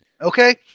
Okay